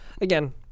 again